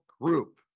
group